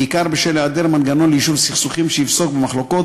בעיקר בשל היעדר מנגנון ליישוב סכסוכים שיפסוק במחלוקות